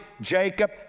Jacob